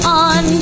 on